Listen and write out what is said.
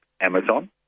Amazon